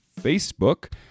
Facebook